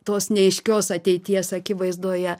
tos neaiškios ateities akivaizdoje